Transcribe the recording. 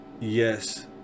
yes